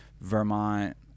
Vermont